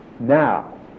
Now